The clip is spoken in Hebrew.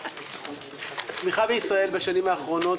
הצמיחה בישראל בשנים האחרונות,